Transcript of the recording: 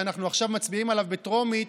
שאנחנו מצביעים עליו בטרומית,